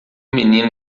menino